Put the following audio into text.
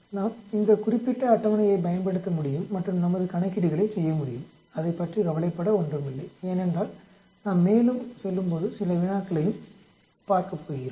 நாம் இந்த குறிப்பிட்ட அட்டவணையைப் பயன்படுத்த முடியும் மற்றும் நமது கணக்கீடுகளைச் செய்ய முடியும் அதைப் பற்றி கவலைப்பட ஒன்றுமில்லை ஏனென்றால் நாம் மேலும் செல்லும்போது சில வினாக்களையும் பார்க்கப் போகிறோம்